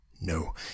No